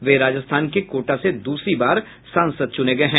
वे राजस्थान के कोटा से दूसरी बार सांसद चुने गए हैं